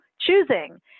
choosing